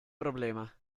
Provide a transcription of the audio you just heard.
problema